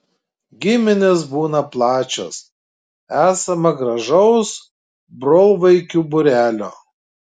giminės būta plačios esama gražaus brolvaikių būrelio